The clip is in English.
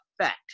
effect